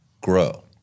grow